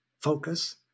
focus